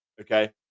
okay